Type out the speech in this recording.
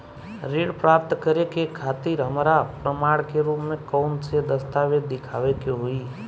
ऋण प्राप्त करे के खातिर हमरा प्रमाण के रूप में कउन से दस्तावेज़ दिखावे के होइ?